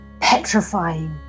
petrifying